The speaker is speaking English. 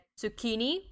zucchini